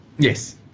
yes